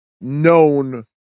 known